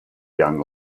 young